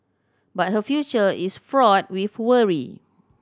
but her future is fraught with worry